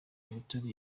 butare